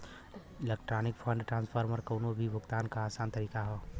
electronic fund transfer कउनो भी भुगतान क आसान तरीका हौ